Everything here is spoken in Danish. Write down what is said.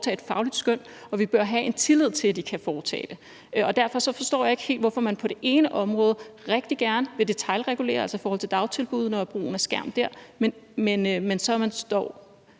foretage et fagligt skøn. Og vi bør have tillid til, at de kan foretage det skøn. Derfor forstår jeg ikke helt, hvorfor man på det ene område rigtig gerne vil detailregulere, altså i forhold til dagtilbud og brugen af skærm dér, og at man så